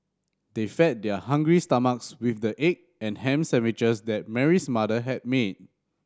they fed their hungry stomachs with the egg and ham sandwiches that Mary's mother had made